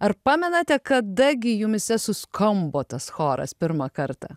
ar pamenate kada gi jumyse suskambo tas choras pirmą kartą